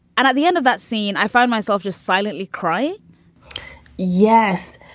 and at the end of that scene, i find myself just silently crying yes.